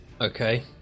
Okay